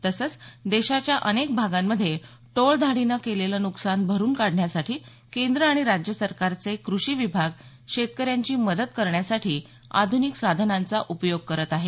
तसंच देशाच्या अनेक भागांमध्ये टोळधाडीनं केलेलं न्कसान भरून काढण्यासाठी केंद्र आणि राज्य सरकारचे कृषी विभाग शेतकऱ्यांची मदत करण्यासाठी आध्निक साधनांचा उपयोग करीत आहेत